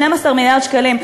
12 מיליארד שקלים.